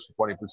20%